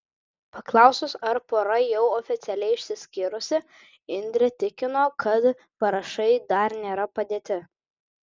paklausus ar pora jau oficialiai išsiskyrusi indrė tikino kad parašai dar nėra padėti